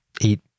eat